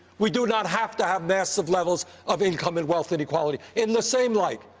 we do not have to have massive levels of income and wealth inequality. in the same light,